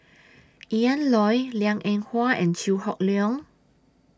Ian Loy Liang Eng Hwa and Chew Hock Leong